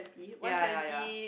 ya ya ya